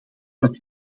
dat